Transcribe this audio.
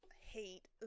hate